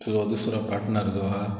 so दुसरो partner जो आहा